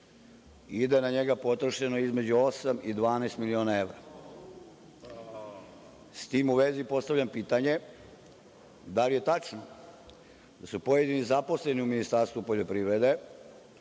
i da je na njega potrošeno između osam i dvanaest miliona evra? S tim u vezi, postavljam pitanje – da li je tačno da su pojedini zaposleni u Ministarstvu poljoprivrede,